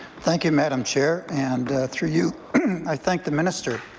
thank you madam chair and through you i thank the minister.